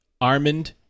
Armand